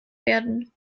werden